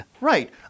right